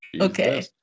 Okay